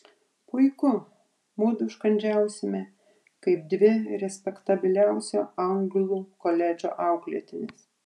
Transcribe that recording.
puiku mudu užkandžiausime kaip dvi respektabiliausio anglų koledžo auklėtinės